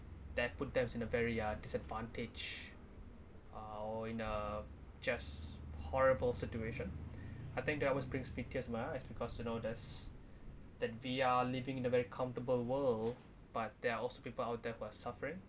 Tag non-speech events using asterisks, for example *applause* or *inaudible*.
that put them in a very uh disadvantage uh or in a just horrible situation *breath* I think that was bring speed tears to my eyes because you know that's that we are living in a very comfortable world but there are also people out there who are suffering